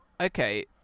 okay